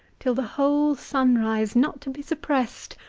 till the whole sunrise, not to be supprest,